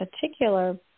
particular